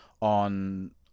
on